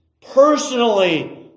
Personally